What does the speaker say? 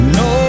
no